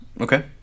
okay